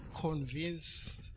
convince